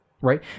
Right